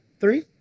three